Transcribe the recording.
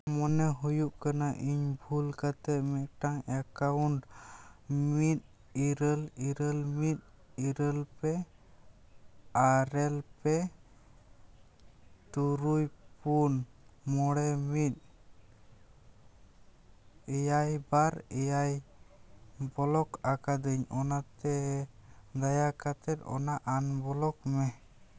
ᱢᱚᱱᱮ ᱦᱩᱭᱩᱜ ᱠᱟᱱᱟ ᱤᱧ ᱵᱷᱩᱞ ᱠᱟᱛᱮᱫ ᱢᱤᱫᱴᱟᱝ ᱮᱠᱟᱣᱩᱱᱴ ᱢᱤᱫ ᱤᱨᱟᱹᱞ ᱤᱨᱟᱹᱞ ᱢᱤᱫ ᱤᱨᱟᱹᱞ ᱯᱮ ᱟᱨᱮ ᱯᱮ ᱛᱩᱨᱩᱭ ᱯᱩᱱ ᱢᱚᱬᱮ ᱢᱤᱫ ᱮᱭᱟᱭ ᱵᱟᱨ ᱮᱭᱟᱭ ᱵᱞᱚᱠ ᱟᱠᱟᱫᱟᱹᱧ ᱚᱱᱟᱛᱮ ᱫᱟᱭᱟ ᱠᱟᱛᱮᱫ ᱚᱱᱟ ᱟᱱᱵᱞᱚᱠ ᱢᱮ